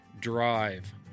drive